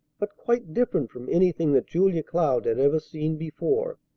but quite different from anything that julia cloud had ever seen before.